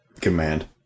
Command